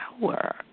power